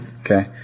Okay